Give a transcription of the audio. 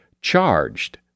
Charged